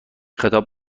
خطاب